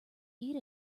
eat